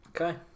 Okay